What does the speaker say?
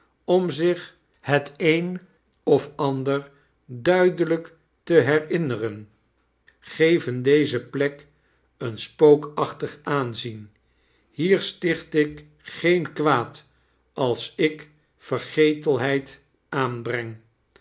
om zich het een of ander duidelijk te herinneren geven deze plek een spookachtig aanzien hier sticht ik geen kwaad als ik vergeteli heid aanbreng